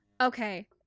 Okay